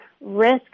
risk